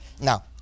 Now